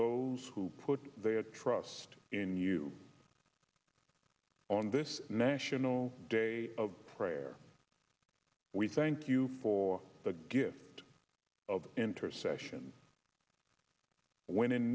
those who put their trust in you on this national day of prayer we thank you for the gift of intercession when in